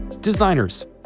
Designers